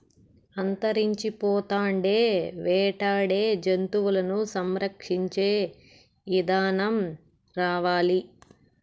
అంతరించిపోతాండే వేటాడే జంతువులను సంరక్షించే ఇదానం రావాలి